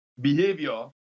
behavior